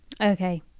Okay